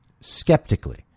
skeptically